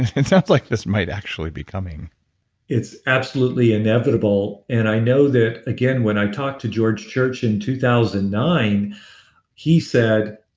it sounds like this might actually be coming it's absolutely inevitable and i know that, again, when i talked to george church in two thousand and nine he said,